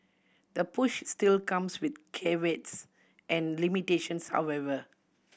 the push still comes with caveats and limitations however